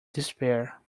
despair